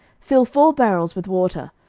fill four barrels with water,